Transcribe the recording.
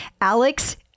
alex